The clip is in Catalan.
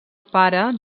pare